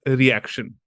reaction